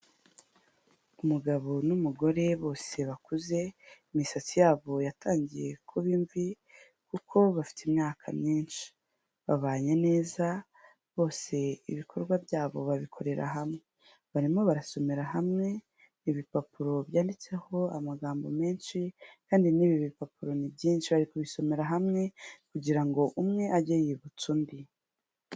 Umugabo n'umugore bose bakuze, imisatsi yabo yatangiye kuba imvi, kuko bafite imyaka myinshi. Babanye neza bose ibikorwa byabo babikorera hamwe. Barimo barasomera hamwe ibipapuro byanditseho amagambo menshi kandi n'ibi bipapuro ni byinshi. Bari kubisomera hamwe kugira ngo umwe ajye yibutsa undi.